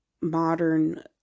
modern